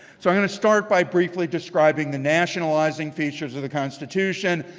so i'm going to start by briefly describing the nationalizing features of the constitution.